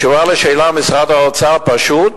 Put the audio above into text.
בתשובה על השאלה: משרד האוצר פשוט